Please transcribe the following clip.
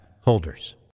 holders